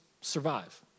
survive